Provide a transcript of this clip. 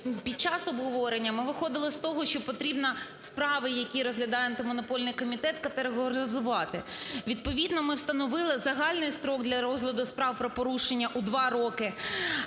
під час обговорення ми виходили з того, що потрібно справи, які розглядає Антимонопольний комітет категоризувати. Відповідно ми встановили загальний строк для розгляду справ про порушення у 2 роки.